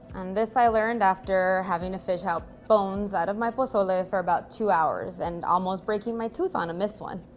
and this i learned after having to fish out bones out of my pozole for about two hours and almost breaking my tooth on a missed one.